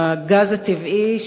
הגז הטבעי,